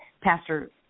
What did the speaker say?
Pastor